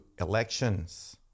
elections